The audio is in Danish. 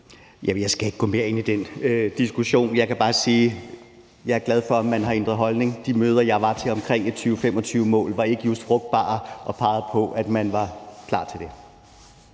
jeg skal ikke gå mere ind i den diskussion. Jeg kan bare sige, at jeg er glad for, at man har ændret holdning. De møder, jeg var til, omkring et 2025-mål var ikke just frugtbare, og de pegede ikke på, at man var klar til det.